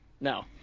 no